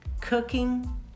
Cooking